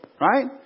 right